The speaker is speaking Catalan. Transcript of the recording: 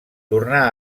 tornà